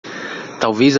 talvez